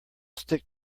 stick